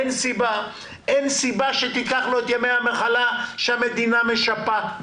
אין סיבה שתיקח לו את ימי המחלה שהמדינה משפה.